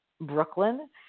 Brooklyn